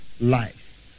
lives